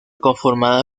conformada